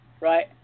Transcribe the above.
right